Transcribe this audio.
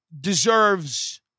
deserves